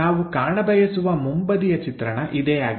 ನಾವು ಕಾಣಬಯಸುವ ಮುಂಬದಿಯ ಚಿತ್ರಣ ಇದೇ ಆಗಿದೆ